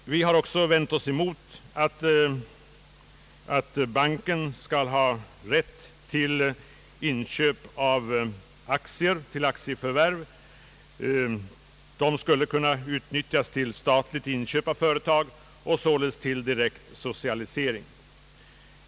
Vi har också vänt oss mot att banken skall ha rätt till aktieförvärv; detta skulle kunna utnyttjas för statligt inköp av företag och således för direkt socialisering.